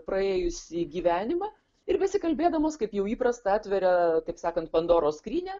praėjusį gyvenimą ir besikalbėdamos kaip jau įprasta atveria taip sakant pandoros skrynią